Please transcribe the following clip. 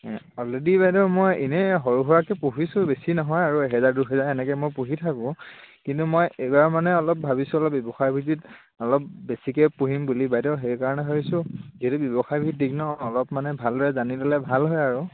already বাইদেউ মই এনেই সৰু সুৰাকৈ পুহিছোঁ বেছি নহয় আৰু এহেজাৰ দুহেজাৰ এনেকৈ মই পুহি থাকোঁ কিন্তু মই এইবাৰ মানে অলপ ভাবিছোঁ অলপ ব্যৱসায় ভিত্তিত অলপ বেছিকে পুহিম বুলি বাইদেউ সেইকাৰণে ভাবিছোঁ এইটো ব্যৱসায়ভিত্তিক ন অলপ মানে ভালদৰে জানি ল'লে ভাল হয় আৰু